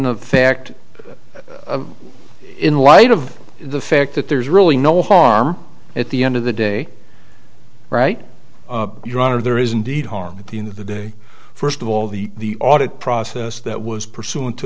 of fact in light of the fact that there's really no harm at the end of the day right your honor there is indeed harm at the end of the day first of all the audit process that was pursuant to